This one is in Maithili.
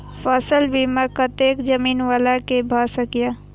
फसल बीमा कतेक जमीन वाला के भ सकेया?